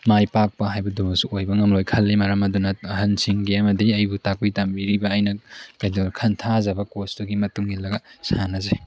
ꯃꯥꯏ ꯄꯥꯛꯄ ꯍꯥꯏꯕꯗꯨꯃꯁꯨ ꯑꯣꯏꯕ ꯉꯝꯂꯣꯏ ꯈꯜꯂꯤ ꯃꯔꯝ ꯑꯗꯨꯅ ꯑꯍꯟꯁꯤꯡꯒꯤ ꯑꯃꯗꯤ ꯑꯩꯕꯨ ꯇꯥꯛꯄꯤ ꯇꯝꯕꯤꯔꯤꯕ ꯑꯩꯅ ꯀꯩꯗꯧꯔꯦ ꯈꯟꯊꯥꯖꯕ ꯀꯣꯆꯇꯨꯒꯤ ꯃꯇꯨꯡꯏꯜꯂꯒ ꯁꯥꯟꯅꯖꯩ